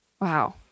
wow